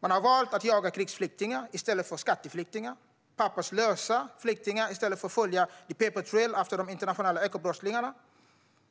Man har valt att jaga krigsflyktingar i stället för skatteflyktingar och att jaga papperslösa flyktingar i stället för att följa the paper trail och jaga de internationella ekobrottslingarna.